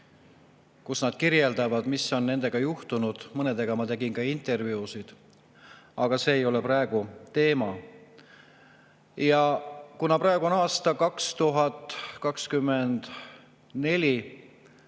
kus nad kirjeldavad, mis on nendega juhtunud. Mõnedega ma tegin ka intervjuusid. Aga see ei ole praegu teema. Kuna praegu on aasta 2024,